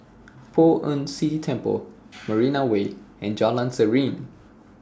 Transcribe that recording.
Poh Ern Shih Temple Marina Way and Jalan Serene